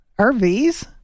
RVs